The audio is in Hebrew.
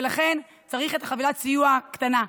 ולכן צריך את חבילת הסיוע הקטנה.